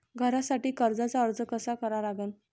घरासाठी कर्जाचा अर्ज कसा करा लागन?